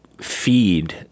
feed